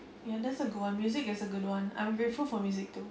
ya that's a good one music is a good one I'm grateful for music too